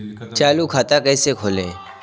चालू खाता कैसे खोलें?